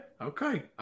Okay